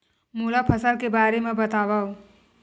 मोला फसल के बारे म बतावव?